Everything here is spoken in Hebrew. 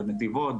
בנתיבות,